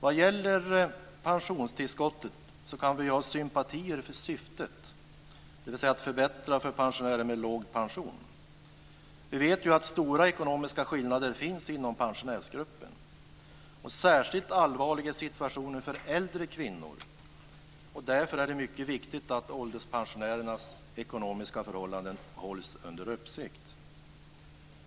Vad gäller pensionstillskottet kan vi ju ha sympatier för syftet, dvs. att förbättra för pensionärer med låg pension. Vi vet ju att stora ekonomiska skillnader finns inom pensionärsgruppen, och särskilt allvarlig är situationen för äldre kvinnor. Därför är det mycket viktigt att ålderspensionärernas ekonomiska förhållanden hålls under uppsikt.